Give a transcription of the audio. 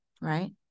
right